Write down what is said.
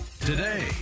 today